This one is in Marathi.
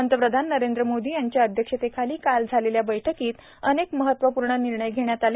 पंतप्रधान नरेंद्र मोदी यांच्या अध्यक्षतेखाली काल झालेल्या बैठकीत अनेक महत्त्वपूर्ण निर्णय घेण्यात आले